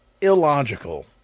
illogical